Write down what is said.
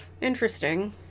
Interesting